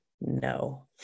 no